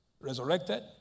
resurrected